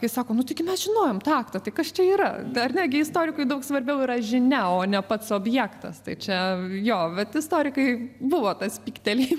kai sako nu taigi mes žinojom tą aktą tai kas čia yra ar ne istorikui daug svarbiau yra žinia o ne pats objektas tai čia jo bet istorikai buvo tas pyktelėjimas